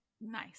Nice